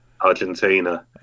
Argentina